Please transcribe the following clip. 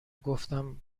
گفتم